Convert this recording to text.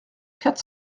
quatre